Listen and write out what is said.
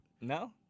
No